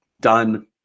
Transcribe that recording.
Done